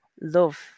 love